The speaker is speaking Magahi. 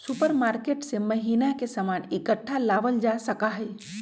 सुपरमार्केट से महीना के सामान इकट्ठा लावल जा सका हई